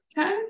okay